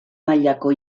mailako